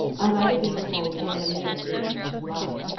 i might have been beholding in a mirror the image of life.